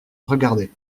regardez